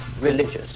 religious